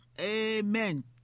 amen